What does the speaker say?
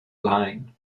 line